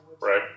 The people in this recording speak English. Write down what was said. right